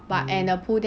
oh